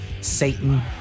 Satan